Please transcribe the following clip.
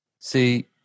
See